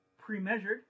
pre-measured